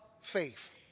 faith